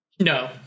No